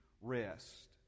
rest